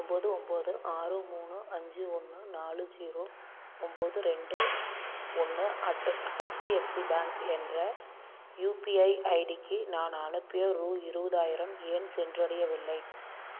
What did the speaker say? ஒம்பது ஒம்பது ஆறு மூணு அஞ்சு ஒன்று நாலு ஜீரோ ஒம்பது ரெண்டு ஒன்று அட்டு ஹெச்டிஎஃப்சி பேங்க் என்ற யுபிஐ ஐடிக்கு நான் அனுப்பிய ரூபா இருபதாயிரம் ஏன் சென்றடையவில்லை